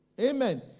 Amen